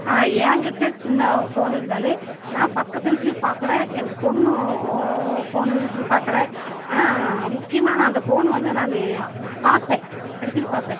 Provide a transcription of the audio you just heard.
என்கிட்ட சின்ன ஃபோனு இருந்தாலும் நான் பக்கத்து வீட்லேயும் பார்க்குறேன் எங்கள் பொண்ணு ஃபோனு இருந்துச்சுனு பார்க்குறேன் ஆனால் முக்கியமாக அந்த ஃபோனு வந்து நான் பார்ப்பேன் அடிக்கடி பார்ப்பேன்